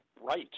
right